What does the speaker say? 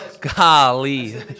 Golly